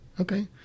Okay